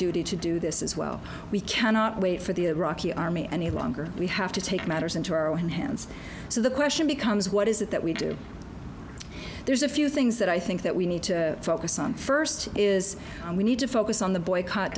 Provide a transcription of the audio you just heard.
duty to do this as well we cannot wait for the iraqi army any longer we have to take matters into our own hands so the question becomes what is it that we do there's a few things that i think that we need to focus on first is we need to focus on the boycott